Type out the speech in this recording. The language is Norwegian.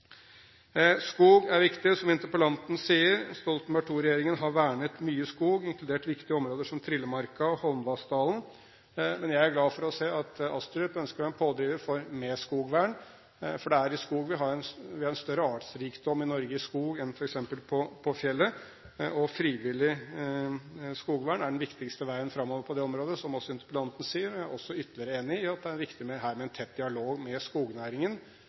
Skog er viktig, som interpellanten sier. Stoltenberg II-regjeringen har vernet mye skog, inkludert viktige områder som Trillemarka og Holmvassdalen, men jeg er glad for å se at Astrup ønsker å være en pådriver for mer skogvern. Vi har en større artsrikdom i Norge i skogen enn f.eks. på fjellet, og frivillig skogvern er den viktigste veien framover på det området, som også interpellanten sier. Jeg er også ytterligere enig i at det her er viktig med en tett dialog med skognæringen.